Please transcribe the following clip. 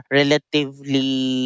relatively